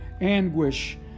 anguish